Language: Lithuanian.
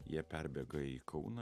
jie perbėga į kauną